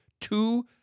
two